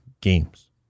games